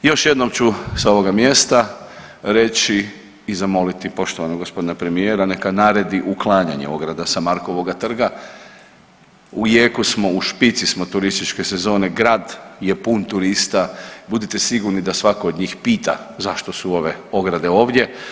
I još jednom ću sa ovoga mjesta reći i zamoliti poštovanog gospodina premijera neka naredi uklanjanje ograda sa Markovoga trga, u jeku smo, u špici smo turističke sezone, grad je pun turista, budite sigurni da svako od njih pita zašto su ove ograde ovdje.